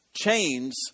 chains